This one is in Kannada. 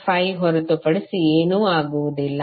5 ಹೊರತುಪಡಿಸಿ ಏನೂ ಆಗುವುದಿಲ್ಲ